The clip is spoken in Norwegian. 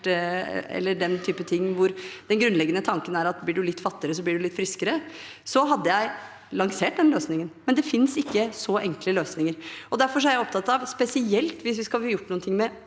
eller den typen ting, hvor den grunnleggende tanken er at blir man litt fattigere, blir man litt friskere – hadde jeg lansert den løsningen, men det finnes ikke så enkle løsninger. Derfor er jeg opptatt av, spesielt hvis vi skal få gjort noen